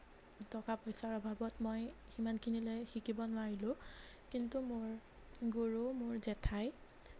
টকা পইচাৰ অভাৱত মই সিমানখিনিলৈ শিকিব নোৱাৰিলোঁ কিন্তু মোৰ গুৰু মোৰ জেঠাই